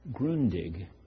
Grundig